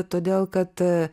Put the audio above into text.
todėl kad